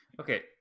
Okay